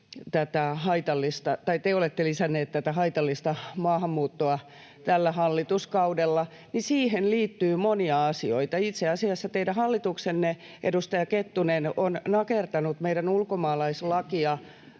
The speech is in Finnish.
tai te olette lisänneet — tätä haitallista maahanmuuttoa tällä hallituskaudella, [Tuomas Kettusen välihuuto] niin siihen liittyy monia asioita. Itse asiassa teidän hallituksenne, edustaja Kettunen, on nakertanut meidän ulkomaalaislakia